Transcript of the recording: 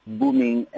booming